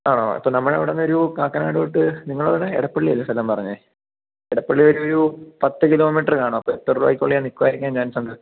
ആണോ അപ്പം നമ്മളെ അവിടുന്ന് ഒരു കാക്കനാട് തൊട്ട് നിങ്ങളെവിടെ എടപ്പള്ളി അല്ലേ സ്ഥലം പറഞ്ഞത് എടപ്പള്ളി ഒരു ഒരു പത്ത് കിലോമീറ്ററ് കാണും അപ്പോൾ എത്ര രൂപായ്ക്കുള്ളിൽ നിൽക്കുവായിരിക്കാൻ ചാൻസുണ്ട്